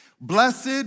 Blessed